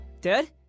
Dad